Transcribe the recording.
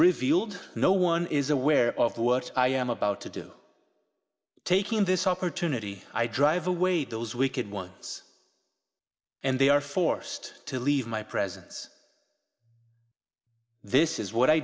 revealed no one is aware of what i am about to do taking this opportunity i drive away those we can once and they are forced to leave my presence this is what i